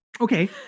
Okay